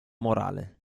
morale